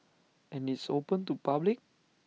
and it's open to public